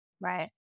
Right